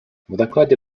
докладе